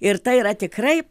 ir tai yra tikrai